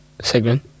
Segment